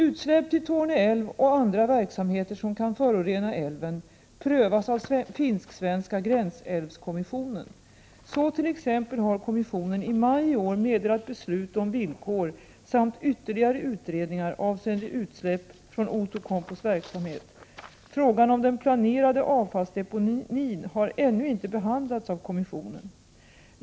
Utsläpp till Torneälven och andra verksamheter som kan förorena älven prövas av finsk-svenska gränsälvskommissionen. Så t.ex. har kommissionen i maj i år meddelat beslut om villkor samt ytterligare utredningar avseende utsläpp från Outokumpus verksamhet. Frågan om den planerade avfallsdeponin har ännu inte behandlats av kommissionen.